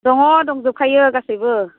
दङ दंजोबखायो गासैबो